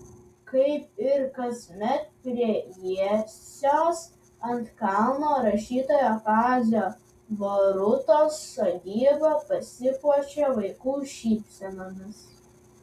kaip ir kasmet prie jiesios ant kalno rašytojo kazio borutos sodyba pasipuošė vaikų šypsenomis